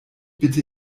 bitte